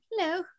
Hello